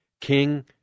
King